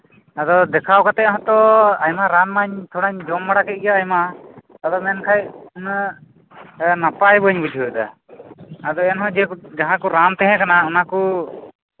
ᱟᱫᱚ ᱫᱮᱠᱷᱟᱣ ᱠᱟᱛᱮᱫ ᱦᱚᱸᱛᱚ ᱟᱭᱢᱟ ᱨᱟᱱ ᱢᱟ ᱛᱷᱚᱲᱟᱧ ᱡᱚᱢ ᱵᱟᱲᱟ ᱠᱮᱫ ᱜᱮᱭᱟ ᱟᱭᱢᱟ ᱟᱫᱚ ᱢᱮᱱᱠᱷᱟᱱ ᱩᱱᱟᱹᱜ ᱱᱟᱯᱟᱭ ᱵᱟᱹᱧ ᱵᱩᱡᱷᱟᱹᱣᱮᱫᱟ ᱟᱫᱚ ᱮᱱᱦᱚᱸ ᱡᱟᱸᱦᱟ ᱠᱚ ᱨᱟᱱ ᱛᱟᱸᱦᱮ ᱠᱟᱱᱟ ᱚᱱᱟᱠᱚ